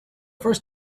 first